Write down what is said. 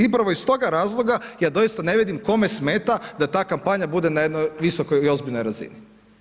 I upravo iz toga razloga, ja doista ne vidim, kome smeta, da ta kampanja bude na jednoj visokoj i ozbiljnoj razini.